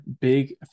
big